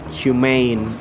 humane